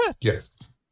Yes